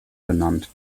benannt